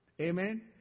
Amen